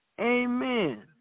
Amen